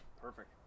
Perfect